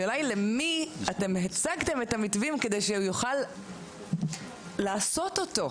השאלה היא למי אתם הצגתם את המתווים כדי שהוא יוכל לעשות אותו.